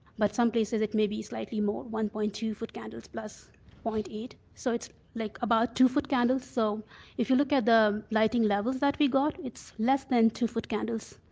but some places it may be slightly more, one point two foot candles plus point eight so it's like about two foot candles so if you look at the lighting levels that we got it's less than two foot candles,